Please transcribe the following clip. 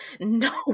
no